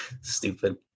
Stupid